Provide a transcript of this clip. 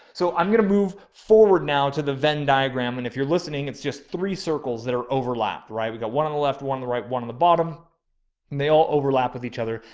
so i'm going to move forward now to the venn diagram. and if you're listening, it's just three circles that are overlapped. right? we've got one on the left. one on the right one on the bottom. and they all overlap with each other,